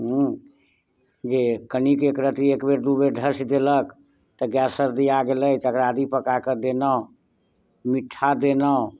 हूँ जे कनिक एक रती एक बेर दू बेर ढसि देलक तऽ गाए सर्दिया गेलै तऽ अकरा आदी पकाकऽ देलहुँ मिट्ठा देलहुँ